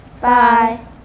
Bye